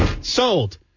Sold